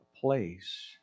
place